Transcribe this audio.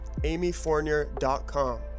amyfournier.com